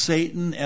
Satan